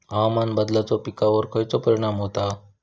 हवामान बदलाचो पिकावर खयचो परिणाम होता?